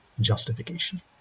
justification